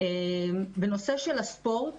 --- את